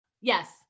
Yes